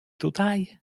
tutaj